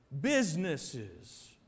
businesses